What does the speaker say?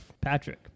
Patrick